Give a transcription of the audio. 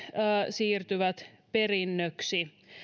siirtyvät perinnöksi